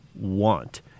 want